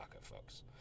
folks